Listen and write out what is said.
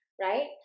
right